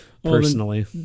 Personally